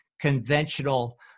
conventional